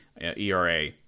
ERA